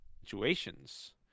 situations